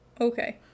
Okay